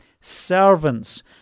Servants